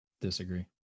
Disagree